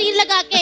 look at